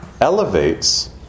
elevates